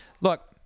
Look